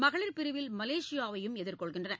மகளிர் பிரிவில் மலேசியாவையும் எதிர்கொள்கிறது